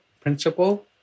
principle